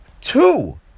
Two